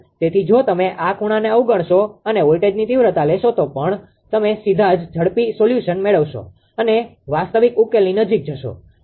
તેથી જો તમે આ ખૂણાને અવગણશો અને વોલ્ટેજની તીવ્રતા લેશો તો પણ તમે સીધા જ ઝડપી સોલ્યુશન મેળવશો અને વાસ્તવિક ઉકેલની નજીક જશો